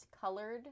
colored